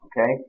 Okay